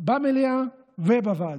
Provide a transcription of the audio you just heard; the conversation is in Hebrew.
במליאה ובוועדות.